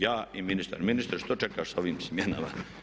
Ja i ministar, ministre što čekaš sa ovim smjenama?